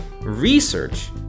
research